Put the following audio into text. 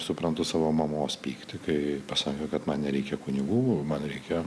suprantu savo mamos pyktį kai pasakė kad man nereikia kunigų man reikia